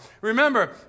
Remember